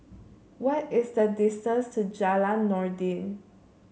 what is the distance to Jalan Noordin